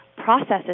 Processes